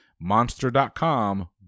Monster.com